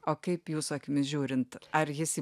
o kaip jūsų akimis žiūrint ar jis į